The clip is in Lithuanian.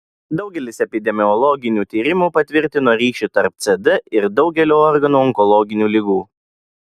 daugelis epidemiologinių tyrimų patvirtino ryšį tarp cd ir daugelio organų onkologinių ligų